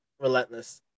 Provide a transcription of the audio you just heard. relentless